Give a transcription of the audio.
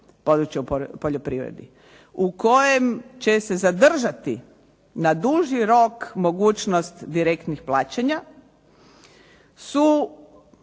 područja u poljoprivredi, u kojem će se zadržati na duži rok mogućnost direktnih plaćanja, su